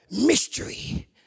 mystery